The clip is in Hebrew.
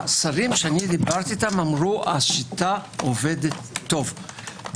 השרים שדיברתי איתם אמרו: השיטה עובדת טוב.